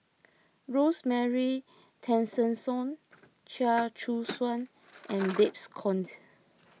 Rosemary Tessensohn Chia Choo Suan and Babes Conde